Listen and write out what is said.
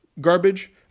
garbage